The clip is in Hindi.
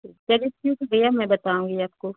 तो डी एम में बताऊँगी आपको